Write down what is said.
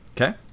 Okay